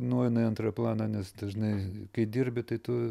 nueina į antrą planą nes dažnai kai dirbi tai tu